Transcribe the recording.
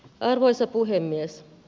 arvoisa puhemies